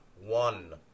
one